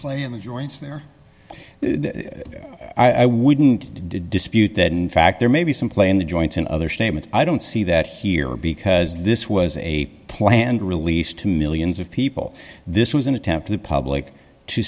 play in the joints there i wouldn't dispute that in fact there may be some play in the joints in other statements i don't see that here because this was a planned release to millions of people this was an attempt to the public